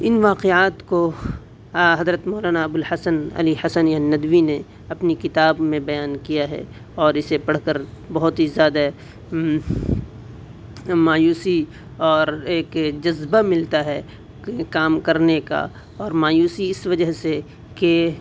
ان واقعات کو حضرت مولانا ابوالحسن علی حسنی الندوی نے اپنی کتاب میں بیان کیا ہے اور اسے پڑھ کر بہت ہی زیادہ مایوسی اور ایک جذبہ ملتا ہے کہ کام کرنے کا اور مایوسی اس وجہ سے کہ